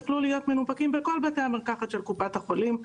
יוכלו להיות מנופקים בכל בתי המרקחת של קופת החולים,